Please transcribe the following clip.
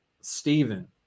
Stephen